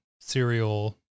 serial